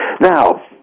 Now